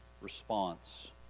response